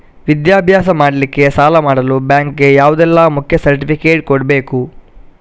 ವಿದ್ಯಾಭ್ಯಾಸ ಮಾಡ್ಲಿಕ್ಕೆ ಸಾಲ ಮಾಡಲು ಬ್ಯಾಂಕ್ ಗೆ ಯಾವುದೆಲ್ಲ ಮುಖ್ಯ ಸರ್ಟಿಫಿಕೇಟ್ ಕೊಡ್ಬೇಕು?